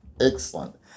Excellent